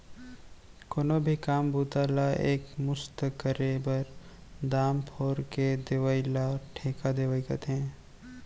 कोनो भी काम बूता ला एक मुस्त करे बर, दाम फोर के देवइ ल ठेका देवई कथें